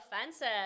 offensive